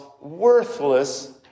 worthless